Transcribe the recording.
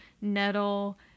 nettle